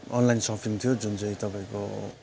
online shopping थियो जुन चाहिँ तपाईँको